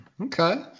Okay